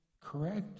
correct